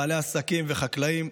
בעלי עסקים וחקלאים,